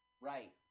Right